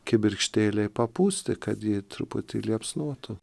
kibirkštėlei papūsti kad ji truputį liepsnotų